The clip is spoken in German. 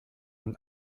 und